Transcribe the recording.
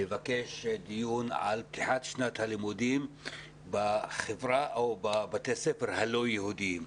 לבקש דיון על פתיחת שנת הלימודים בבתי הספר הלא יהודים.